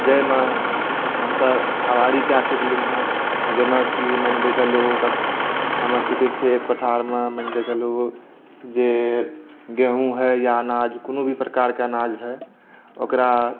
जाहिमे हमसभ सवारी कए चूकलहुँ हँ जाहिमे की मानिकऽ चलूँ हमर छिकै खेत पथारमे मानिक चलूँ जे गेहूँ होइया अनाज कोनो भी प्रकारके अनाज होए ओकरा